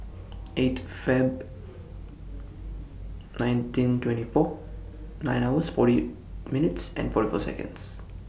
eight Feb nineteen twenty four nine hours forty minutes and forty four Seconds